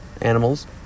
animals